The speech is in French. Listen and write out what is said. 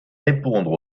répondre